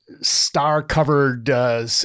star-covered